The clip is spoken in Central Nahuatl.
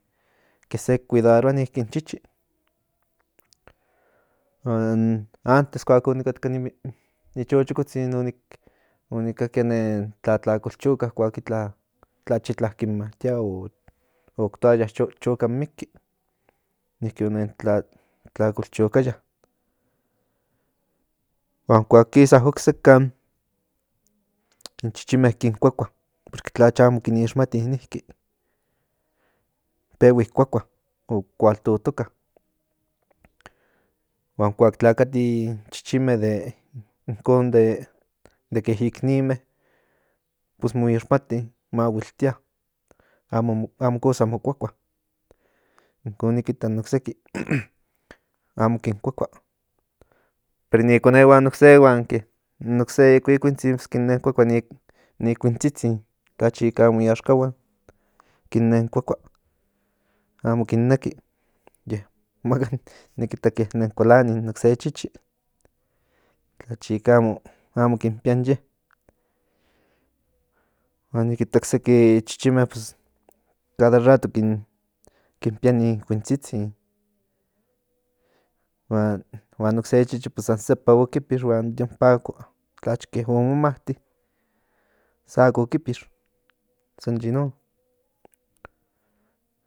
Ke sek kuidaroa niki huan kuak antes kuak o ni katka ni chochokotzin onikakia nen tlatlakolchoka kuak itla tlacha kin matia oc tocaya chola in miki niki o nen tlatlakolchokaya huan kuak kisa oksekan in chichinme kin kuakua tlacha amo kin ixmati niki pehui kuakua o kual totoka huan kuak tlakati in chichinme de inkon de ke iknime pues mo ixmati mahuiltia amo cosa mo kuakua inkon nikita in nokseki amo kin kuakua pero ni konehuan in nokse kuakualtzin kin nen kuakua ni kuintzitzin tlacha iknamo i axcahuan kin nen kuakua amo kin neki ye maka nikita nen kualani in nokse chichi tlacha iknamo amo kin pía in ye huan niki nik ita okseki chichinme pues cada rato kin pía nin kuintzitzin huan nokse chichi san sepa okipix huan de ompa ako tlacha que omomati ako okipix san yin non